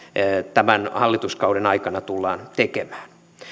tämän hallituskauden aikana tullaan tekemään